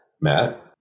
Matt